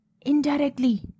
indirectly